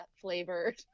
flavored